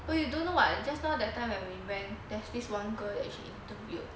but you don't know [what] just now that time when we went there's this one girl that she interviewed